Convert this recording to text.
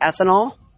ethanol